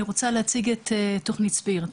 אני רוצה להציג את תוכנית "SBIRT"